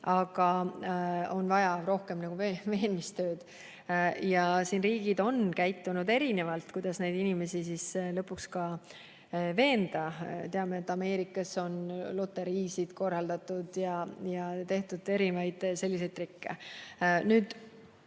vaja teha rohkem veenmistööd. Riigid on käitunud erinevalt, kuidas neid inimesi siis lõpuks veenda. Teame, et Ameerikas on loteriisid korraldatud ja tehtud muid selliseid trikke. Me